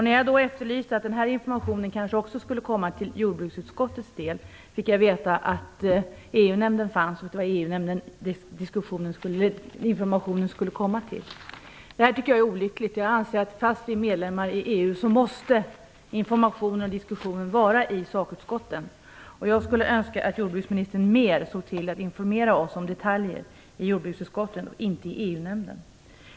När jag efterlyste att den informationen kanske också skulle komma jordbruksutskottet till del, fick jag veta att EU nämnden finns och att det är där informationen skall läggas fram. Det tycker jag är olyckligt. Jag anser att trots att vi är medlemmar i EU måste informationen och diskussionen äga rum i sakutskotten. Jag skulle önska att jordbruksministern mera såg till att informera oss i jordbruksutskottet om detaljer och inte bara EU-nämnden.